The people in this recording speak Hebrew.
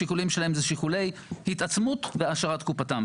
השיקולים שלהם הם שיקולי התעצמות והעשרת קופתם,